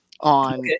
on